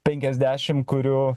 penkiasdešim kurių